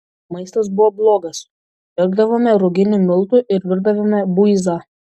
maistas buvo blogas pirkdavome ruginių miltų ir virdavome buizą